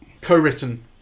co-written